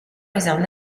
réserve